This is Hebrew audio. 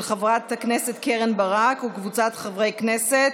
של חברת הכנסת קרן ברק וקבוצת חברי הכנסת.